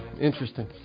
interesting